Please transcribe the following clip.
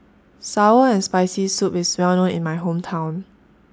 Sour and Spicy Soup IS Well known in My Hometown